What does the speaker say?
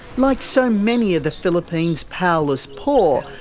like so many of the philippine's powerless poor,